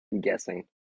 guessing